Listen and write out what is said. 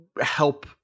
help